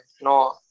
No